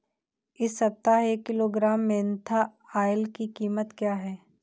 इस सप्ताह एक किलोग्राम मेन्था ऑइल की कीमत क्या है?